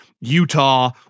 Utah